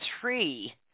three